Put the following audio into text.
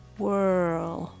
whirl